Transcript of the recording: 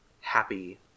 happy